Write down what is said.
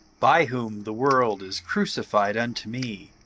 by whom the world is crucified unto me,